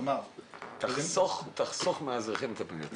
כלומר --- תחסוך מהאזרחים את הפניות האלה.